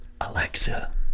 Alexa